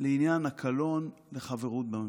לעניין הקלון לחברות בממשלה.